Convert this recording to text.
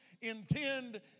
intend